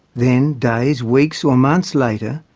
then, days, weeks or months later,